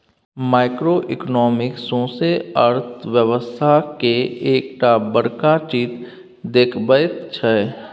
micro economics सौसें अर्थक व्यवस्था केर एकटा बड़का चित्र देखबैत छै